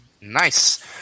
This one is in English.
Nice